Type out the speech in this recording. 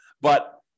But-